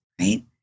right